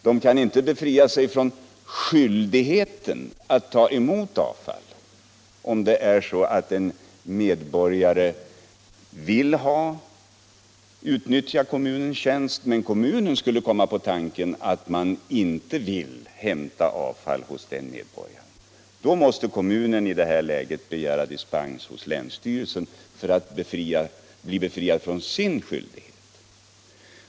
Om en medborgare vill utnyttja kommunens renhållningstjänster, så kan kommunen inte befria sig från skyldigheten att ta emot avfallet, om man av någon anledning inte vill hämta avfall hos den medborgaren. I ett sådant läge måste kommunen begära dispens hos länsstyrelsen för att bli befriad från sin skyldighet.